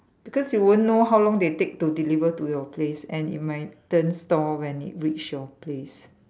because you won't know how long they take to deliver to your place and it might turn store when it reach your place